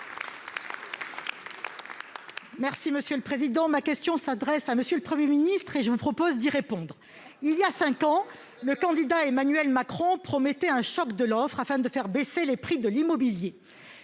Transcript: Merci monsieur le président, ma question s'adresse à monsieur le 1er ministre et je vous propose d'y répondre, il y a 5 ans, le candidat Emmanuel Macron promettait un choc de l'offre afin de faire baisser les prix de l'immobilier,